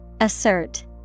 Assert